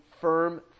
firm